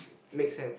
makes sense